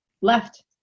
left